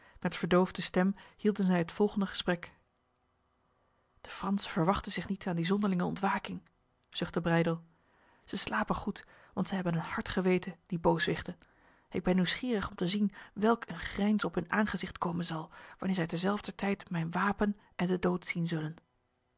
met verdoofde stem hielden zij het volgende gesprek de fransen verwachten zich niet aan die zonderlinge ontwaking zuchtte breydel zij slapen goed want zij hebben een hard geweten die booswichten ik ben nieuwsgierig om te zien welk een grijns op hun aangezicht komen zal wanneer zij terzelfder tijd mijn wapen en de dood zien zullen